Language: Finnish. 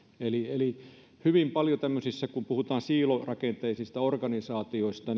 eli eli hyvin paljon tämmöisissä joista puhutaan siilorakenteisina organisaatioina